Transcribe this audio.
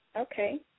Okay